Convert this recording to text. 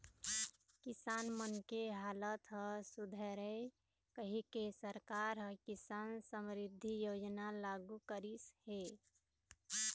किसान मन के हालत ह सुधरय कहिके सरकार ह किसान समरिद्धि योजना लागू करिस हे